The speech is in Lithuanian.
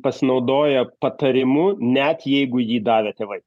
pasinaudoja patarimu net jeigu jį davė tėvai